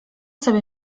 sobie